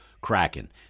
Kraken